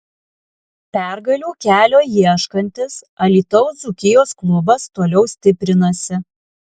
pergalių kelio ieškantis alytaus dzūkijos klubas toliau stiprinasi